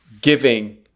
giving